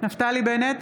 נפתלי בנט,